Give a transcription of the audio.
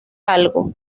algo